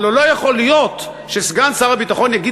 הלוא לא יכול להיות שסגן שר הביטחון יגיד